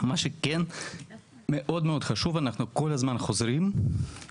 מה שכן מאוד מאוד חשוב הוא שאנחנו כל הזמן חוזרים ואומרים